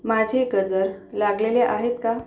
माझे गजर लागलेले आहेत का